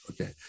Okay